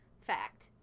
Fact